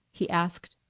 he asked.